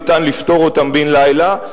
ניתן לפתור אותם בן-לילה.